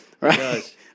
right